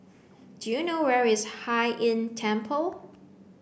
do you know where is Hai Inn Temple